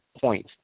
point